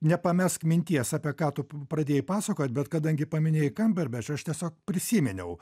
nepamesk minties apie ką tu pradėjai pasakot bet kadangi paminėjai kamberbečą aš tiesiog prisiminiau